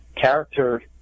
character